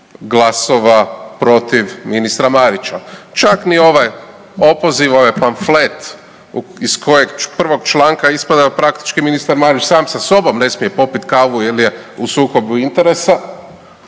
glasova protiv ministra Marića, čak ni ovaj opoziv, ovaj pamflet iz kojeg prvog članka ispada da praktički ministar Marić sam sa sobom ne smije popiti kavu jer je u sukobu interesa